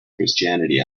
christianity